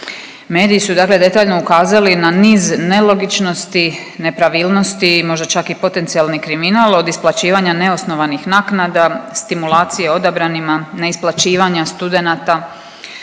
Mediji su dakle detaljno ukazali na niz nelogičnosti, nepravilnosti možda čak i potencijalni kriminal od isplaćivanja neosnovanih naknada, stimulacija odabranima, neisplaćivanja studenata.